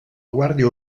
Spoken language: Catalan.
guàrdia